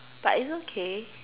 but it's okay